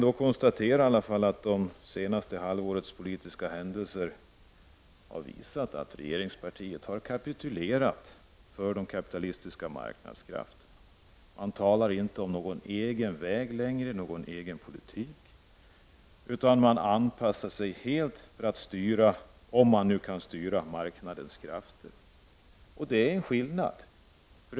Det senaste halvårets politiska händelser har visat att regeringspartiet har kapitulerat för de kapitalistiska marknadskrafterna. Man talar inte längre om någon egen politik, utan man anpassar sig helt för att styra — om man nu kan styra — marknadens krafter. Detta innebär en skillnad mot tidigare.